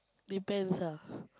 depends ah